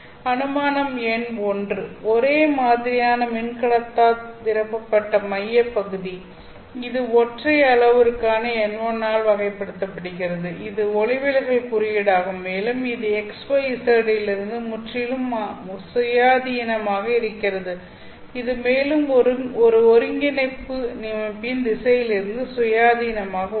அனுமானம் எண் 1 ஒரே மாதிரியான மின்கடத்தா நிரப்பப்பட்ட மையப்பகுதி இது ஒற்றை அளவுருவான n1 ஆல் வகைப்படுத்தப்படுகிறது இது ஒளிவிலகல் குறியீடாகும் மேலும் இது XYZ இலிருந்து முற்றிலும் சுயாதீனமாக இருக்கிறது இது மேலும் ஒருங்கிணைப்பு அமைப்பின் திசையிலிருந்து சுயாதீனமாக உள்ளது